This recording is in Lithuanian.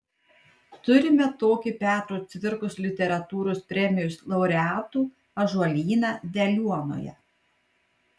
turime tokį petro cvirkos literatūros premijos laureatų ąžuolyną veliuonoje